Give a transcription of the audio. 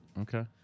Okay